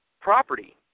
property